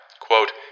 Quote